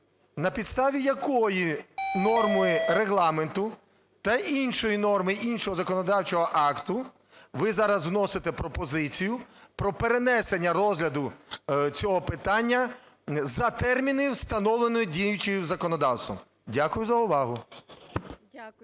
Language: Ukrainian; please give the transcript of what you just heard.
на підставі якої норми Регламенту та іншої норми іншого законодавчого акту ви зараз вносите пропозицію про перенесення розгляду цього питання за терміни, встановлені в діючим законодавством? Дякую за увагу.